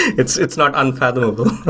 it's it's not unfathomable